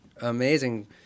amazing